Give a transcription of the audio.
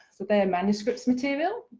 so their manuscripts material.